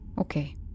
Okay